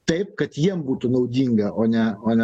taip kad jiem būtų naudinga o ne o ne